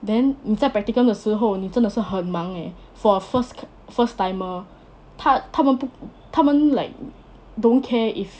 then 你在 practicum 的时候你真的是很忙 eh for a first first timer 他他们不他们 like don't care if